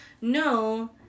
no